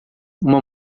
uma